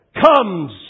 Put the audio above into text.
comes